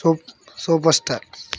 సు super star